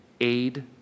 aid